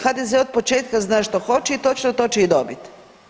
HDZ od početka zna što hoće i točno to će i dobiti.